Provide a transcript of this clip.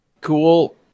cool